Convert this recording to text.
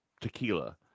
tequila